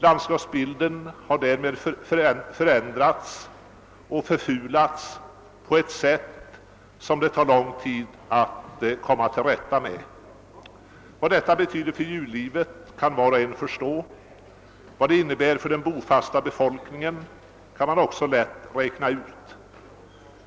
Landskapsbilden har därmed förändrats och förfulats på ett sådant sätt att det tar lång tid att återställa den. Vad detta betyder för djurlivet kan var och en förstå. Vad det innebär för den bofasta befolkningen kan man också lätt räkna ut.